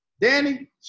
Danny